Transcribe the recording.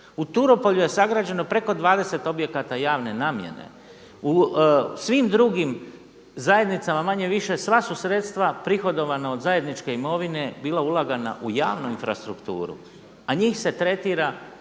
U Turopolju je sagrađeno preko 20 objekata javne namjene. U svim drugim zajednicama manje-više sva su sredstva prihodovana od zajedničke imovine bilo ulagana u javnu infrastrukturu, a njih se tretira